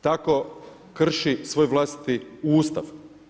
Tako krši svoj vlastiti Ustav.